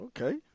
Okay